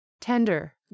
tender